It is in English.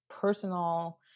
personal